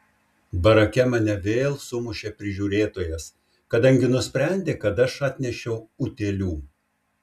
barake mane vėl sumušė prižiūrėtojas kadangi nusprendė kad aš atnešiau utėlių